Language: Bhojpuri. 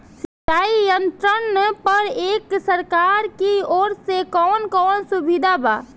सिंचाई यंत्रन पर एक सरकार की ओर से कवन कवन सुविधा बा?